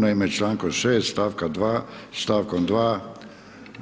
Naime, čl. 6. st. 2.,